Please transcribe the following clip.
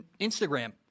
Instagram